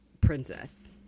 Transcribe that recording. princess